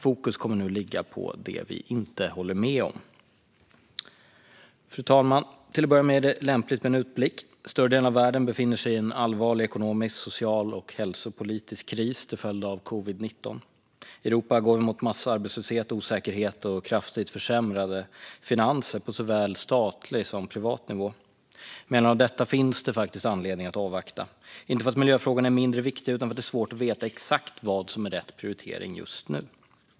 Fokus kommer nu att ligga på det vi inte håller med om. Fru talman! Till att börja med är det lämpligt med en utblick. Större delen av världen befinner sig i en allvarlig ekonomisk, social och hälsopolitisk kris till följd av covid-19. I Europa går vi mot massarbetslöshet, osäkerhet och kraftigt försämrade finanser på såväl statlig som privat nivå. Med anledning av detta finns det faktiskt anledning att avvakta - inte för att miljöfrågorna är mindre viktiga utan för att det är svårt att veta exakt vad som är rätt prioritering just nu.